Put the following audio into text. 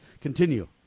Continue